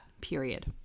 Period